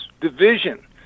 division